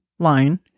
line